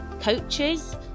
coaches